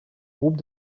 groupes